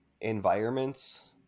environments